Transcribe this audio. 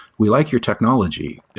we like your technology.